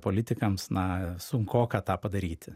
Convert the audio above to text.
politikams na sunkoka tą padaryti